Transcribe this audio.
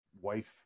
wife